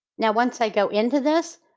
now once i go into this,